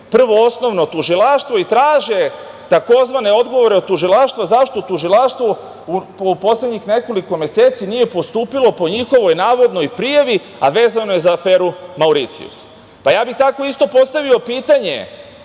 Prvo osnovno tužilaštvo i traže takozvane odgovore od Tužilaštva zašto Tužilaštvo u poslednjih nekoliko meseci nije postupilo po njihovoj navodnoj prijavi, vezano je za aferu Mauricijus. Tako bih isto postavio pitanje